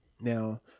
Now